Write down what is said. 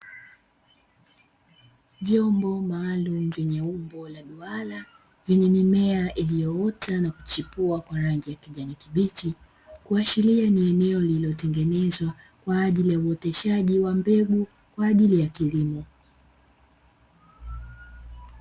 Vyombo maalumu vyenye umbo la duara, vyenye mimea iliyoota na kuchipua kwa rangi ya kijani kibichi, kuashiria ni eneo lililotengenezwa kwa ajili ya uoteshaji wa mbegu kwa ajili ya kilimo.